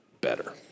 better